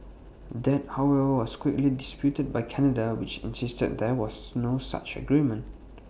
that however was quickly disputed by Canada which insisted that there was no such agreement